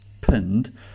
pinned